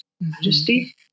majesty